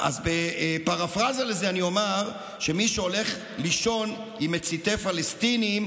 אז בפרפרזה לזה אני אומר שמי שהולך לישון עם מציתי פלסטינים,